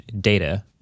data